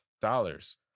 Dollars